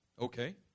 Okay